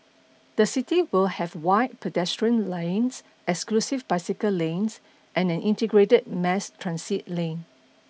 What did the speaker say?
the city will have wide pedestrian lanes exclusive bicycle lanes and an integrated mass transit lane